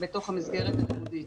בתוך המסגרת הלימודית.